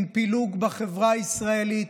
עם פילוג בחברה הישראלית,